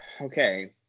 Okay